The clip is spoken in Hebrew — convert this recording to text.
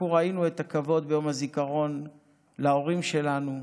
אנחנו ראינו ביום הזיכרון את הכבוד להורים שלנו,